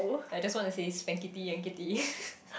I just want to say spankity yankity